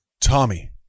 Tommy